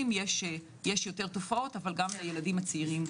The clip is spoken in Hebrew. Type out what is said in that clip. יש יותר תופעות אבל גם לילדים הצעירים.